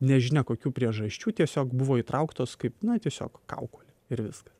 nežinia kokių priežasčių tiesiog buvo įtrauktos kaip na tiesiog kaukolė ir viskas